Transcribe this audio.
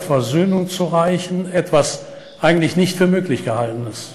אין אלטרנטיבה לשלום אם אנחנו רוצים לתת לאנשים חיים של כבוד.